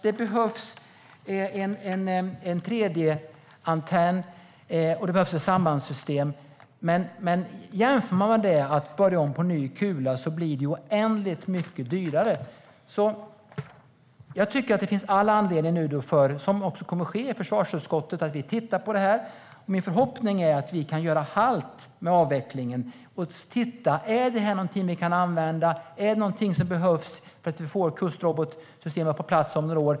Det behövs en 3D-antenn, och det behövs ett sambandssystem, men jämför man det med att börja om på ny kula blir ju det senare alternativet oändligt mycket dyrare. Jag tycker därför att det finns all anledning att vi tittar på det här, vilket också kommer att ske i försvarsutskottet. Min förhoppning är att vi kan göra halt med avvecklingen och se: Är det här någonting vi kan använda? Är det någonting som behövs för att få ett kustrobotsystem på plats om några år?